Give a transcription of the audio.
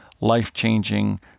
life-changing